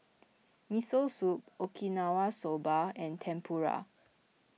Miso Soup Okinawa Soba and Tempura